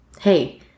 hey